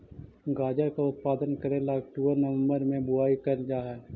गाजर का उत्पादन करे ला अक्टूबर नवंबर में बुवाई करल जा हई